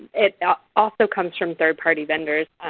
it also comes from third-party vendors.